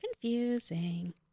confusing